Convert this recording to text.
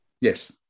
yes